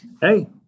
Hey